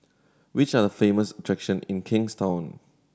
which are famous attraction in Kingstown